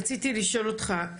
רציתי לשאול אותך,